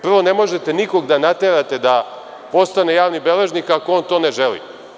Prvo, ne možete nikoga da naterate da postane javni beležnika ako on to ne želi.